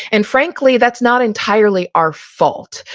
and frankly that's not entirely our fault.